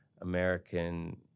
American